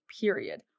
period